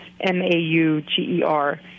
M-A-U-G-E-R